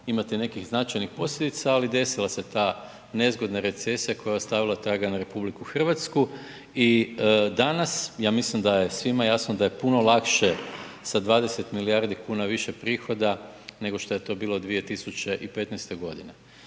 imati nekih značajnih posljedica, ali desila se ta nezgodna recesija koja je ostavila traga na RH. I danas ja mislim da je svima jasno da je puno lakše sa 20 milijardi kuna više prihoda nego što je to bilo 2015. godine.